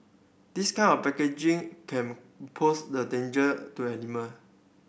this kind of packaging can pose the danger to animal